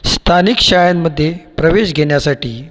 स्थानिक शाळांमध्ये प्रवेश घेण्यासाठी